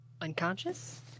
Unconscious